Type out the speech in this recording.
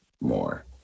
more